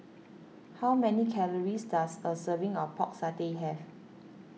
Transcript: how many calories does a serving of Pork Satay have